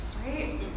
right